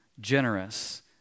generous